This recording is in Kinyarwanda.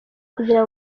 kugira